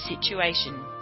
situation